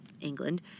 England